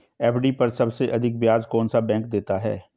FD पर सबसे अधिक ब्याज कौन सा बैंक देता है?